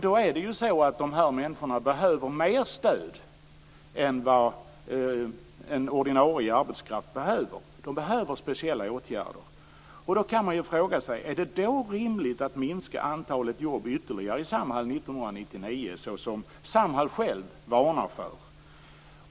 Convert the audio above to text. Därför behöver de här människorna mera stöd än vad ordinarie arbetskraft behöver. De här människorna behöver speciella åtgärder. Då kan man fråga sig om det är rimligt att minska antalet jobb ytterligare i Samhall 1999, som Samhall självt varnar för.